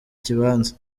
kibanza